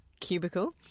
cubicle